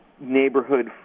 neighborhood